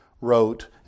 wrote